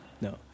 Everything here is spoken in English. No